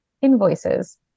invoices